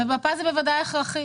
מפה זה הכרחי.